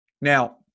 Now